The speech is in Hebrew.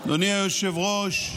אדוני היושב-ראש,